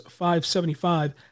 575